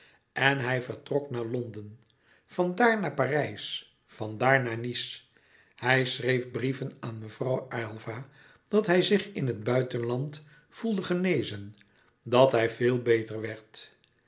en hij vertrok naar londen vandaar naar parijs vandaar naar nice hij schreef brieven aan mevrouw aylva dat hij zich in het buitenland voelde genezen dat hij veel beter werd